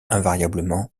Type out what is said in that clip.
invariablement